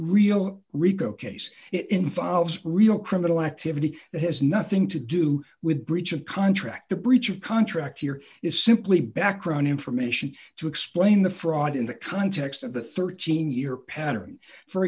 real rico case it involves real criminal activity that has nothing to do with breach of contract the breach of contract here is simply background information to explain the fraud in the context of the thirteen year pattern for